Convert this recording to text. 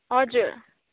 हजुर